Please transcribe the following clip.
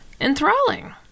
enthralling